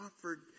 offered